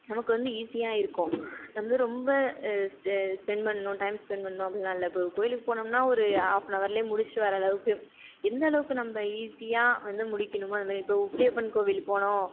நமக்கு வந்து ஈஸியாக இருக்கும் நம்ம வந்து ரொம்ப ஸ்பெண்ட் பண்ணனும் டைம் ஸ்பெண்ட் பண்ணனும் அப்படியெலாம் இல்லை இப்போ ஒரு கோவிலுக்கு போனோம்னா ஒரு ஹாஃப்னவரிலே முடிச்சிட்டு வர்ற அளவுக்கு எந்த அளவுக்கு நம்ம ஈஸியாக வந்து முடிக்கணுமோ அதுமாதிரி இப்போது உப்பிலியப்பன் கோவில் போனோம்